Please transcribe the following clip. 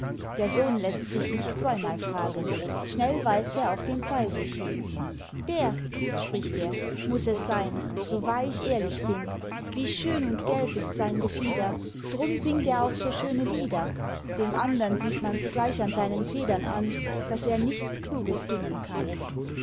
der sohn läßt sich nicht zweimal fragen schnell weist er auf den zeisig hin der spricht er muß es sein so wahr ich ehrlich bin wie schön und gelb ist sein gefieder drum singt er auch so schöne lieder dem andern sieht mans gleich an seinen federn an daß er nichts kluges singen kann